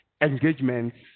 engagements